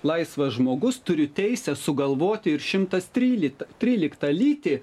laisvas žmogus turiu teisę sugalvoti ir šimtas tryli tryliktą lytį